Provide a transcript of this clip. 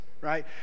right